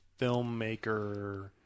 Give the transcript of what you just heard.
filmmaker